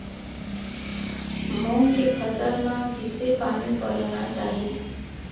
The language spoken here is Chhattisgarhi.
मूंग के फसल म किसे पानी पलोना चाही?